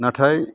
नाथाय